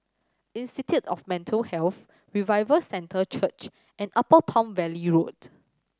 Institute of Mental Health Revival Centre Church and Upper Palm Valley Road